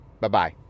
Bye-bye